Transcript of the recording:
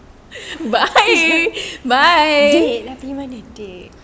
dik nak pergi mana dik